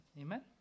amen